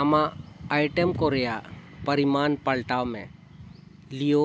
ᱟᱢᱟᱜ ᱟᱭᱴᱮᱢ ᱠᱚ ᱨᱮᱭᱟᱜ ᱯᱟᱨᱤᱢᱟᱱ ᱯᱟᱞᱴᱟᱣ ᱢᱮ ᱞᱤᱭᱳ